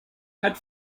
had